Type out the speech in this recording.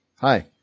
hi